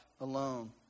alone